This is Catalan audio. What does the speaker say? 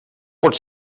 pot